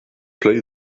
play